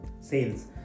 sales